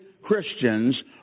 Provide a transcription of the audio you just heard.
Christians